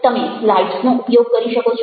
તમે સ્લાઇડ્સ નો ઉપયોગ કરી શકો છો